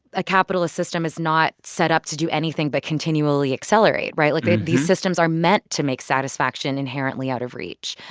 a capitalist system is not set up to do anything but continually accelerate, right? like, these systems are meant to make satisfaction inherently out of reach.